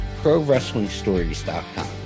ProWrestlingStories.com